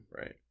right